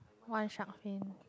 one shark fin